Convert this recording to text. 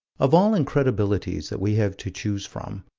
of all incredibilities that we have to choose from,